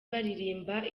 baririmba